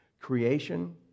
creation